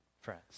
friends